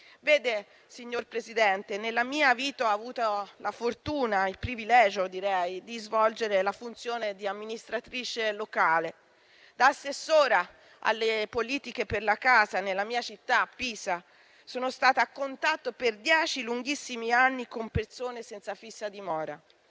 Vede, signora Presidente, nella mia vita ho avuto la fortuna - il privilegio direi - di svolgere la funzione di amministratrice locale, l'assessora alle politiche per la casa nella mia città, Pisa. Sono stata a contatto per dieci lunghissimi anni con persone senza fissa dimora.